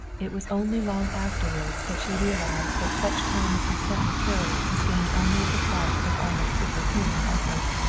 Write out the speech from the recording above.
it was only long afterward that she realized that such time as he spent with her was gained only at the cost of almost superhuman effort.